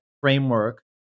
framework